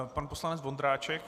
Pan poslanec Vondráček.